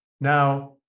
Now